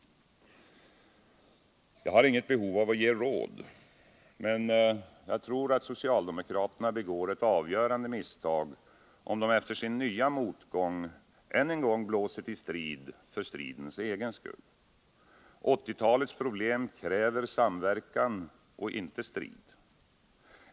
Jag har inget behov av att ge råd, men jag tror att socialdemokraterna begår ett avgörande misstag, om de efter sin nya motgång än en gång blåser till strid för stridens egen skull. 1980-talets problem kräver samverkan och inte strid.